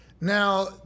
Now